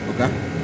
Okay